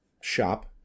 shop